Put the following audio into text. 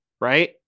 right